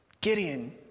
Gideon